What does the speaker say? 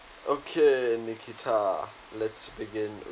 okay nakita let's begin